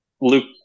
Luke